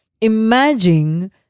Imagine